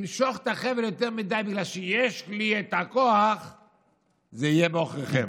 למשוך את החבל יותר מדי בגלל שיש לי את הכוח זה יהיה בעוכריכם.